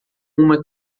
uma